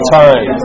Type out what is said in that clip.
time